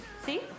see